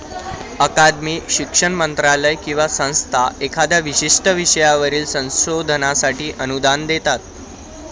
अकादमी, शिक्षण मंत्रालय किंवा संस्था एखाद्या विशिष्ट विषयावरील संशोधनासाठी अनुदान देतात